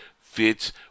fits